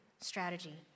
strategy